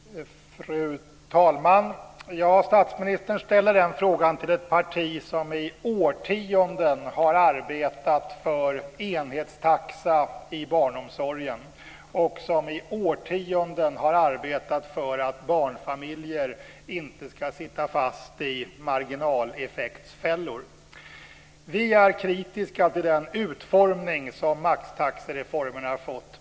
Fru talman! Statsministern ställer frågan till ett parti som i årtionden har arbetat för enhetstaxa i barnomsorgen och för att barnfamiljer inte ska sitta fast i marginaleffektsfällor. Vi är kritiska till den utformning som maxtaxereformen har fått.